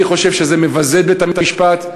אני חושב שזה מבזה את בית-המשפט,